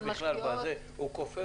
הן משקיעות --- הוא כופר